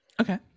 Okay